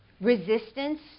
resistance